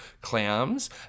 clams